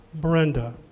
Brenda